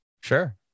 sure